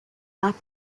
not